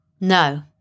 no